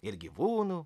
ir gyvūnų